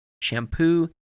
shampoo